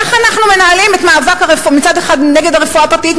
איך אנחנו מנהלים את המאבק נגד הרפואה הפרטית,